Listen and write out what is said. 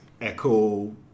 Echo